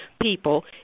people